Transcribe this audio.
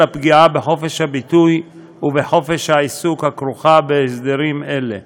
הפגיעה בחופש הביטוי ובחופש העיסוק הכרוכה בהסדרים אלה.